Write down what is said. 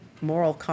moral